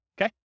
okay